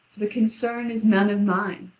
the concern is none of mine.